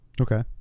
okay